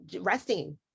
resting